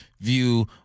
view